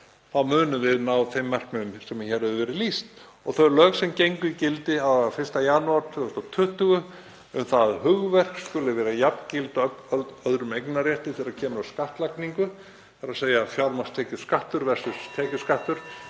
þá munum við ná þeim markmiðum sem hér hefur verið lýst. Og þau lög sem gengu í gildi 1. janúar 2020 um að hugverk skuli vera jafngild öðrum eignarrétti þegar kemur að skattlagningu, þ.e. fjármagnstekjuskattur versus tekjuskattur,